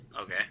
Okay